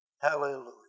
Hallelujah